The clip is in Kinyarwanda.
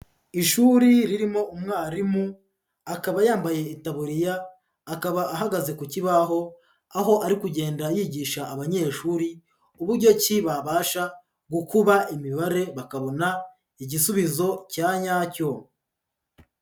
Ishuri ririmo umwarimu akaba yambaye itaburiya akaba ahagaze ku kibaho, aho ari kugenda yigisha abanyeshuri uburyo ki babasha gukuba imibare bakabona igisubizo cya nyacyo.